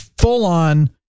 Full-on